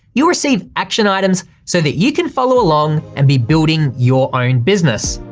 you receive action items so that you can follow along and be building your own business,